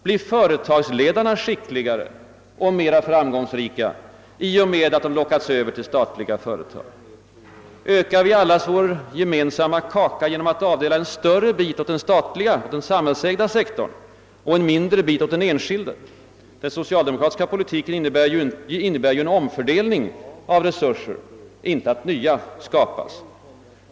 Blir företagsledarna skickligare och mer framgångsrika i och med att de lockats över till statliga företag? Ökar vi allas vår gemensamma kaka genom att avdela en större bit åt den statliga, samhällsägda sektorn och en mindre bit åt den enskilda? Den socialdemokratiska politiken innebär ju en omfördelning av resurser, inte att nya skapas.